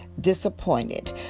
disappointed